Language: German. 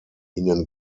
ihnen